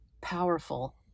Powerful